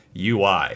UI